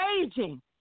aging